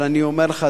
אבל אני אומר לך,